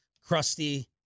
crusty